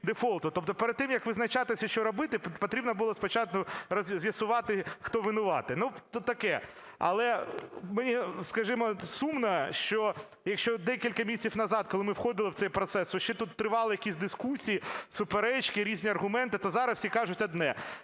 Тобто перед тим, як визначатися, що робити, потрібно було спочатку з'ясувати, хто винуватий. Ну, то таке. Але мені, скажімо, сумно, що декілька місяців назад, коли ми входили в цей процес, ще тут тривали якісь дискусії, суперечки, різні аргументи, то зараз всі кажуть одне: